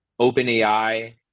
OpenAI